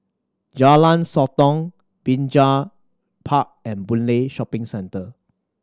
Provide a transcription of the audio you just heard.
Jalan Sotong Binjai Park and Boon Lay Shopping Centre